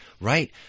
right